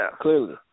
clearly